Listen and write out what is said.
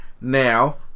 Now